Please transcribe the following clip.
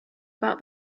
about